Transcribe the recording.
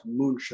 moonshot